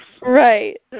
Right